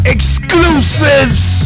Exclusives